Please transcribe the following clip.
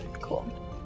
Cool